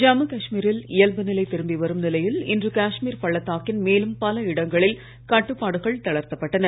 ஜம்மு காஷ்மீ ரில் இயல்பு நிலை திரும்பிவரும் நிலையில் இன்று காஷ்மீர் பள்ளத்தாக்கின் மேலும் பல இடங்களில் கட்டுப்பாடுகள் தளர்த்தப் பட்டன